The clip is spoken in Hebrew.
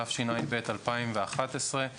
התשע"ב 2011‏